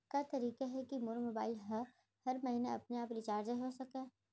का तरीका हे कि मोर मोबाइल ह हर महीना अपने आप रिचार्ज हो सकय?